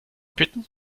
bitten